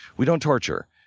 we don't torture.